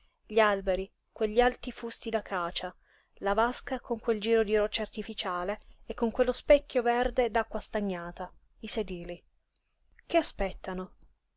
gli alberi quegli alti fusti d'acacia la vasca con quel giro di roccia artificiale e con quello specchio verde d'acqua stagnata i sedili che aspettano